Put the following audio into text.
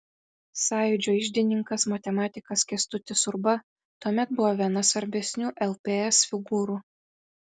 sąjūdžio iždininkas matematikas kęstutis urba tuomet buvo viena svarbesnių lps figūrų